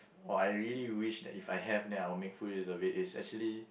or I really wish that if I have then I will make full use of it is actually